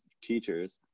teachers